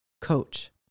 coach